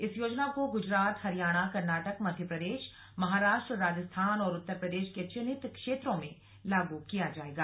इस योजना को गुजरात हरियाणा कर्नाटक मध्य प्रदेश महाराष्ट्र राजस्थान और उत्तर प्रदेश के चिन्हित क्षेत्रों में लागू किया जाएगा